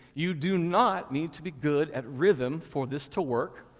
you do not need to be good at rhythm for this to work,